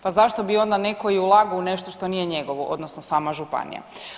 Pa zašto bi onda netko i ulagao u nešto što nije njegovo odnosno sama županija?